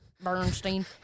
Bernstein